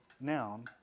noun